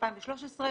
בסביבות 2013,